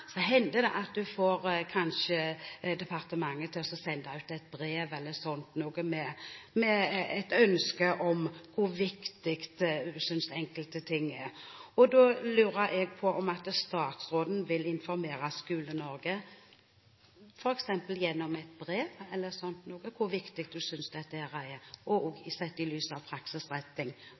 får departementet til å sende ut et brev med et ønske om hvor viktig hun synes enkelte ting er. Da lurer jeg på om statsråden vil informere Skole-Norge – f.eks. gjennom et brev – om hvor viktig hun synes dette er, også sett i lys av praksisretting